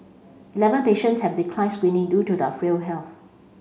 eleven patients have declined screening due to their frail health